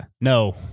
No